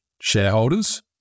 shareholders